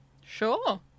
Sure